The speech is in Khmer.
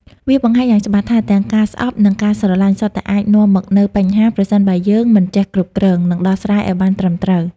វាបង្ហាញយ៉ាងច្បាស់ថា ទាំងការស្អប់និងការស្រឡាញ់ សុទ្ធតែអាចនាំមកនូវបញ្ហា ប្រសិនបើយើងមិនចេះគ្រប់គ្រង និងដោះស្រាយឲ្យបានត្រឹមត្រូវ។